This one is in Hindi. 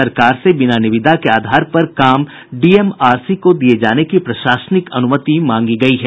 सरकार से बिना निविदा के आधार पर काम डीएमआरसी को दिये जाने की प्रशासनिक अनुमति मांगी गयी है